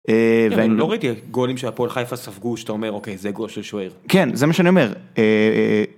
אני לא ראיתי גולים של הפועל חיפה ספגו שאתה אומר אוקיי זה גול של שוער. -כן זה מה שאני אומר.